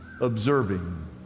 observing